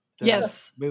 Yes